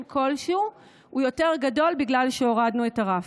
כלשהו הוא יותר גדול בגלל שהורדנו את הרף.